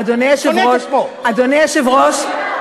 אדוני היושב-ראש,